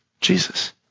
Jesus